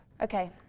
Okay